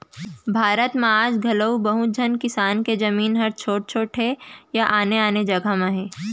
भारत म आज घलौ बहुत झन किसान के जमीन ह छोट छोट हे या आने आने जघा म हे